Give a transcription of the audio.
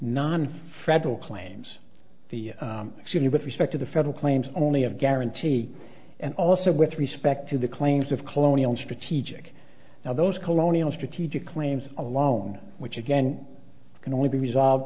nonfederal claims the shooting with respect to the federal claims only of guarantee and also with respect to the claims of colonial strategic now those colonial strategic lames alone which again can only be resolved